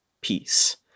peace